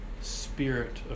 Spirit